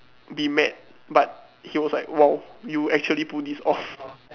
be mad but he was like !wow! you actually pulled this off